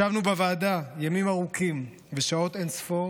ישבנו בוועדה ימים ארוכים ושעות אין-ספור